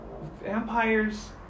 vampires